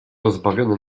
rozbawiony